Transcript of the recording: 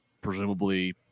Presumably